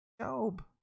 Job